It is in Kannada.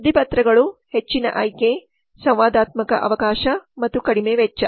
ಸುದ್ದಿಪತ್ರಗಳು ಹೆಚ್ಚಿನ ಆಯ್ಕೆ ಸಂವಾದಾತ್ಮಕ ಅವಕಾಶ ಮತ್ತು ಕಡಿಮೆ ವೆಚ್ಚ